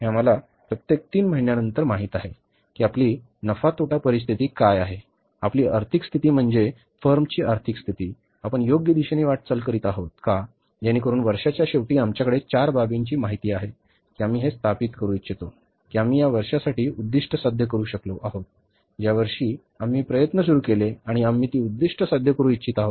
हे आम्हाला प्रत्येक तीन महिन्यांनंतर माहित आहे की आपली नफा तोटा परिस्थिती काय आहे आपली आर्थिक स्थिती म्हणजे फर्मची आर्थिक स्थिती आपण योग्य दिशेने वाटचाल करीत आहोत का जेणेकरून वर्षाच्या शेवटी आमच्याकडे चार बाबींची माहिती आहे की आम्ही हे स्थापित करू इच्छितो की आम्ही या वर्षासाठी उद्दीष्ट साध्य करू शकलो आहोत ज्या वर्षी आम्ही प्रयत्न सुरू केले आणि आम्ही ती उद्दीष्टे साध्य करू इच्छित आहोत